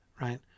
Right